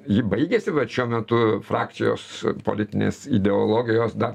ji baigėsi vat šiuo metu frakcijos politinės ideologijos dar